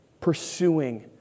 pursuing